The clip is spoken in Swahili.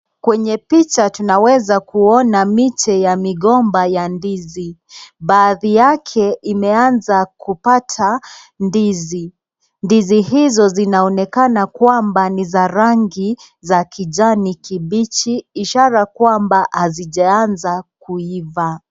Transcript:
Kwenye picha tunaweza kuona miche ya migomba ya ndizi. Baadhi yake imeaza kupata ndizi. Ndizi hizo zinaonekana kwamba ni za rangi za kijani kibichi ishara kwamba hazijaaza kuiva.